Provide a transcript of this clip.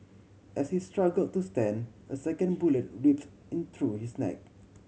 as he struggle to stand a second bullet ripped in through his neck